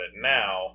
now